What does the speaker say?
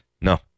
No